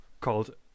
called